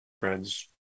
friends